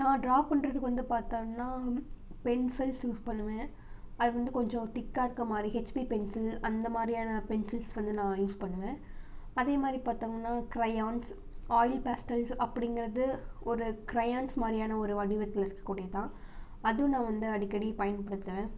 நான் ட்ரா பண்ணுறதுக்கு வந்து பார்த்தோன்னா பென்சில்ஸ் யூஸ் பண்ணுவேன் அது வந்து கொஞ்சம் திக்காக இருக்க மாதிரி ஹெச்பி பென்சில் அந்த மாதிரியான பென்சில்ஸ் வந்து நான் யூஸ் பண்ணுவேன் அதே மாதிரி பார்த்தோம்னா க்ரையான்ஸ் ஆயில் பேஸ்டல்ஸ் அப்படிங்கிறது ஒரு க்ரையான்ஸ் மாதிரியான ஒரு வடிவத்தில் இருக்கக்கூடியது தான் அதுவும் நான் வந்து அடிக்கடி பயன்படுத்துவேன்